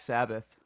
Sabbath